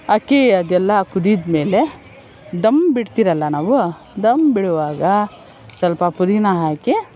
ಅಕ್ಕಿ ಅದೆಲ್ಲ ಕುದ್ದಮೇಲೆ ದಮ್ ಬಿಡ್ತೀರಲ್ಲ ನಾವು ದಮ್ ಬಿಡುವಾಗ ಸ್ವಲ್ಪ ಪುದೀನಾ ಹಾಕಿ